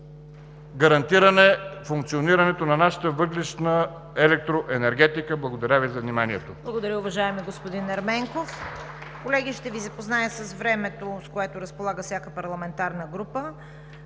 гарантиране функционирането на нашата въглищна електроенергетика. Благодаря Ви за вниманието.